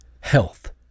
health